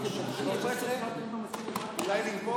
בפוש של 13. אולי נגמור?